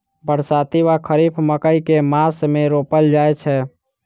बरसाती वा खरीफ मकई केँ मास मे रोपल जाय छैय?